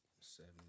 seven